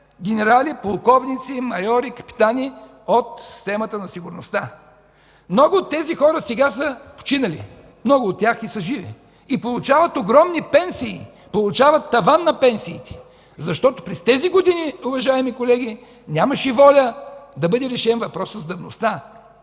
генерали, полковници, майори, капитани от системата на сигурността.” Много от тези хора са починали, но много от тях са живи и получават огромни пенсии, получават таван на пенсиите, защото през тези години, уважаеми колеги, нямаше воля да бъде решен въпросът с давността.